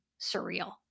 surreal